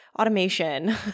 automation